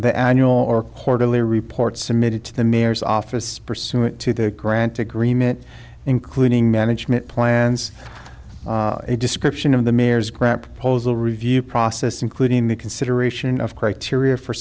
the annual our quarterly report submitted to the mayor's office pursuant to the grant agreement including management plans a description of the mayor's grant proposal review process including the consideration of criteria for